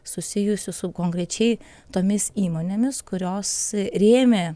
susijusių su konkrečiai tomis įmonėmis kurios rėmė